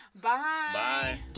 Bye